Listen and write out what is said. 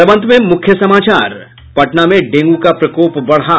और अब अंत में मुख्य समाचार पटना में डेंगू का प्रकोप बढ़ा